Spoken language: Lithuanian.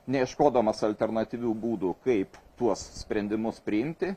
neieškodamas alternatyvių būdų kaip tuos sprendimus priimti